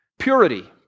Purity